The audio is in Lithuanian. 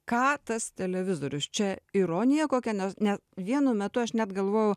ką tas televizorius čia ironija kokia nes ne vienu metu aš net galvojau